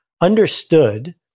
understood